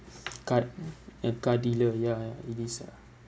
car a car dealer ya it is ah